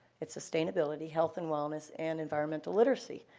it's sustainability, health and wellness, and environmental literacy,